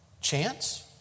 Chance